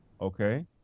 Okay